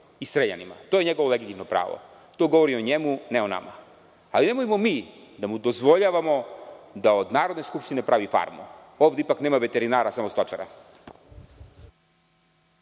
i streljanima. To je njegovo legitimno pravo. To govori o njemu, a ne o nama. Nemojmo mi da mu dozvoljavamo da od Narodne skupštine pravi farmu. Ovde ipak nema veterinara, samo stočara.